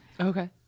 Okay